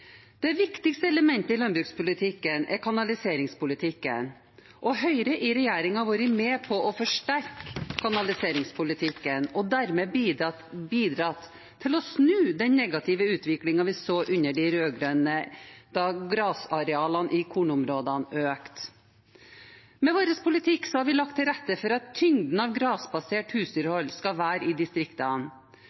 Det viktigste elementet i landbrukspolitikken er kanaliseringspolitikken. Høyre i regjering har vært med på å forsterke kanaliseringspolitikken og dermed bidratt til å snu den negative utviklingen vi så under de rød-grønne, da grasarealene i kornområdene økte. Med vår politikk har vi lagt til rette for at tyngden av grasbasert husdyrhold skal være i distriktene.